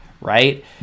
right